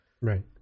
Right